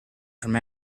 from